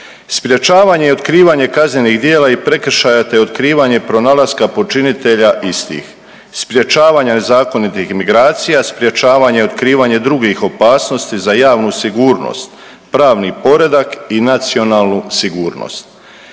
sprječavanje i otkrivanje kaznenih djela i prekršaja, te otkrivanje i pronalaska počinitelja istih, sprječavanja nezakonitih migracija, sprječavanje i otkrivanje drugih opasnosti za javnu sigurnost, pravni poredak i nacionalnu sigurnost.